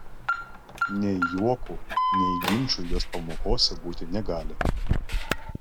nei juokų nei ginčų jos pamokose būti negali